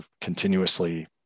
continuously